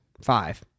Five